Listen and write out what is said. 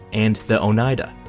and the oneida.